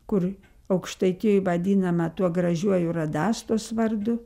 kur aukštaitijoj vadinama tuo gražiuoju radastos vardu